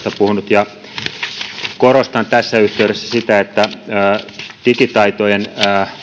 puhunut korostan tässä yhteydessä sitä että digitaitojen